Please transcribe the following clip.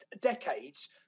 decades